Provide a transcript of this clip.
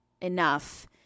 enough